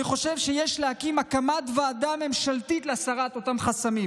אני חושב שיש להקים ועדה ממשלתית להסרת אותם חסמים,